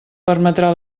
permetrà